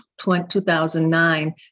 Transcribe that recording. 2009